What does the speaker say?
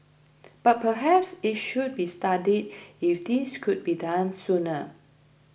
but perhaps it should be studied if this could be done sooner